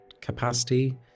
capacity